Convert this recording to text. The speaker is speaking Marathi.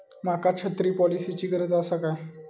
माका छत्री पॉलिसिची गरज आसा काय?